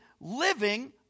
living